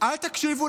אל תקשיבו,